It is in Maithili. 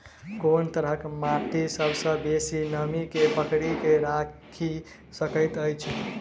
कोन तरहक माटि सबसँ बेसी नमी केँ पकड़ि केँ राखि सकैत अछि?